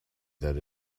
that